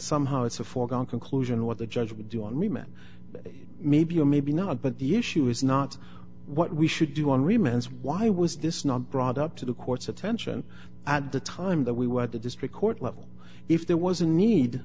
somehow it's a foregone conclusion what the judge would do on remand but maybe or maybe not but the issue is not what we should do on remans why was this not brought up to the court's attention at the time that we were at the district court level if there was a need